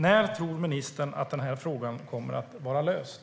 När tror ministern att den här frågan kommer att vara löst?